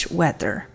weather